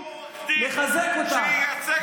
תסתכל על החברים שלך,